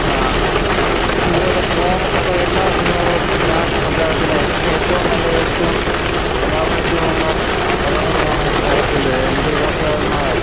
അതുപോലെ പ്രധാനപ്പെട്ട എല്ലാ സിനിമകളും ഞാൻ അദ്ദേഹത്തിന് ഏറ്റവും നല്ല എഴുത്തും കലാമൂല്യമുള്ള കഥകളുമാണ് അദ്ദേഹത്തിൻ്റെ എം ടി വാസുദേവൻ നായർ